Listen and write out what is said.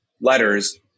letters